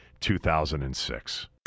2006